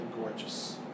gorgeous